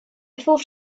thought